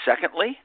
Secondly